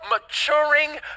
maturing